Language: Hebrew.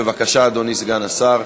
בבקשה, אדוני סגן השר.